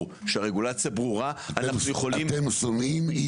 פרק ג' (ייעול הליכי רישוי סביבתי) סעיפים 4,